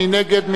מי נגד?